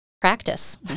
practice